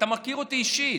אתה מכיר אותי אישית,